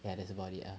ya that's about it ah